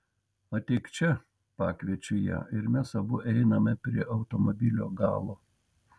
ateik čia pakviečiu ją ir mes abu einame prie automobilio galo